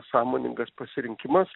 sąmoningas pasirinkimas